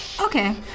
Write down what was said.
Okay